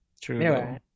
True